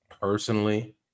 personally